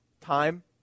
time